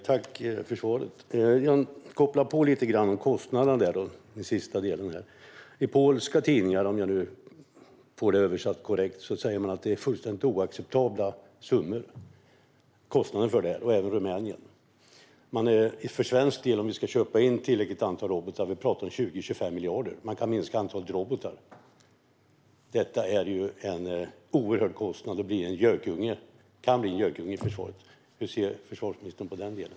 Herr talman! Jag kopplar på frågan om kostnaderna. I polska tidningar - om jag nu har fått en korrekt översättning - säger man att kostnaderna är fullständigt oacceptabla. Det gäller även Rumänien. Tillräckligt antal robotar för svensk del skulle innebära 20-25 miljarder. Men man skulle kunna minska antalet robotar. Det är fråga om en oerhörd kostnad, och det kan bli en gökunge i försvaret. Hur ser försvarsministern på den delen?